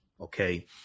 okay